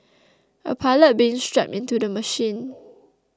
a pilot being strapped into the machine